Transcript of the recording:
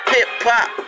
Hip-Hop